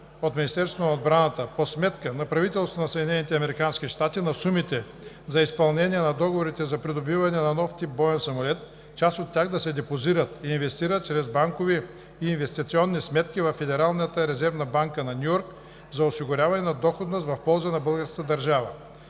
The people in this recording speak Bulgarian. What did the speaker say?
от Министерството на отбраната по сметка на правителството на САЩ на сумите за изпълнение на договорите за придобиване на нов тип боен самолет, част от тях да се депозират и инвестират чрез банкови и инвестиционни сметки във Федералната резервна банка на Ню Йорк за осигуряване на доходност в полза на българската държава.